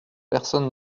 personne